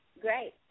Great